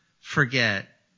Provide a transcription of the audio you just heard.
forget